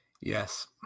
Yes